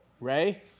Ray